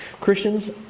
Christians